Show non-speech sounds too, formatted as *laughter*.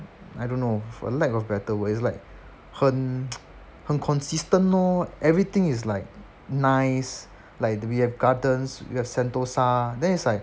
I don't know for lack of better word is like 很 *noise* 很 consistent lor everything is like nice like we have gardens we have sentosa then it's like